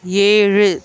ஏழு